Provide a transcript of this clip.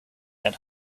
and